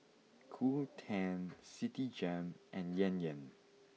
Qoo ten Citigem and Yan Yan